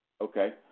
Okay